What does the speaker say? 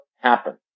happen